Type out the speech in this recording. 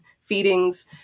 feedings